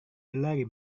berlari